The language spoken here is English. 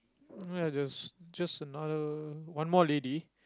just just another one more lady